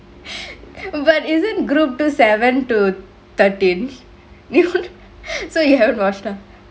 but is it group two seven to thirteen so you have roster